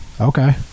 Okay